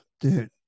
dude